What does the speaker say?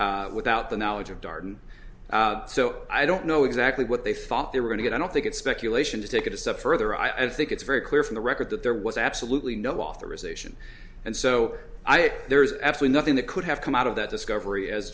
it without the knowledge of darden so i don't know exactly what they thought they were going to get i don't think it's speculation to take it a step further i think it's very clear from the record that there was absolutely no authorization and so there's actually nothing that could have come out of that discovery